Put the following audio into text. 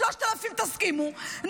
תסכימו ל-3,000,